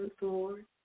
Lord